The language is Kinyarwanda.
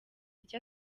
icyo